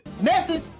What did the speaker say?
Message